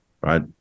right